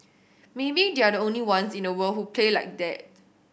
maybe they're the only ones in the world who play like that